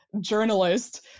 journalist